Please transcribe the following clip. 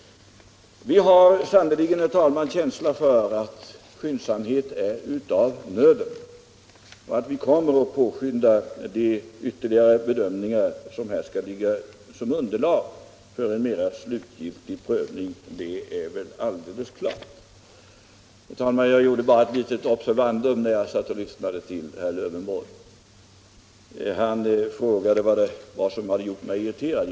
Vi har sannerligen känsla för att skyndsamhet här är av nöden, och vi kommer att påskynda de ytterligare bedömningar som skall ligga till underlag för en mera slutgiltig prövning. Jag gjorde ett litet observandum när jag lyssnade till herr Lövenborg. Han frågade vad det är som har gjort mig irriterad.